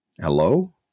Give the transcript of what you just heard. Hello